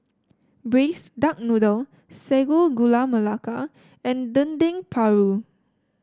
Braised Duck Noodle Sago Gula Melaka and Dendeng Paru